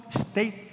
state